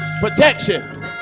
protection